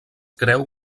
creu